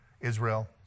Israel